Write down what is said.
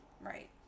Right